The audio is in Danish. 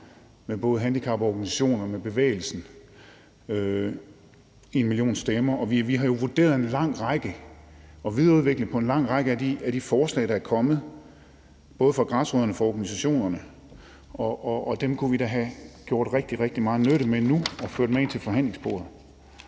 med både handicaporganisationer og med bevægelsen #enmillionstemmer, og vi har jo vurderet og videreudviklet en lang række af de forslag, der er kommet både fra græsrødderne og fra organisationerne, og dem kunne vi da have haft rigtig, rigtig meget nytte af nu ved at føre dem med ind til forhandlingsbordet.